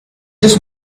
just